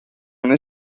una